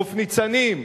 חוף ניצנים,